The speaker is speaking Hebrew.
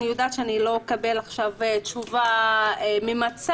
ואני יודעת שאני לא אקבל עכשיו תשובה ממצה